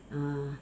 uh